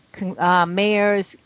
mayors